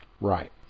Right